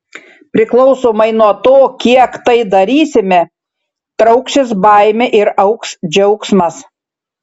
priklausomai nuo to kiek tai darysime trauksis baimė ir augs džiaugsmas